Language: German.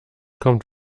kommt